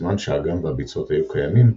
בזמן שהאגם והביצות היו קיימים,